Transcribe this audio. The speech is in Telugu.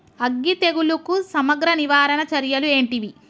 అగ్గి తెగులుకు సమగ్ర నివారణ చర్యలు ఏంటివి?